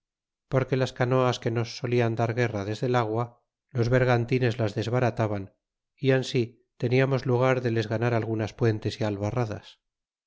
porque las canoas que nos solian dar guerra desde el agua los bergantines las desbarataban y ansi teniamos lugar de les ganar algunas puentes y albarradas